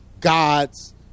god's